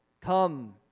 Come